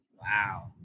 Wow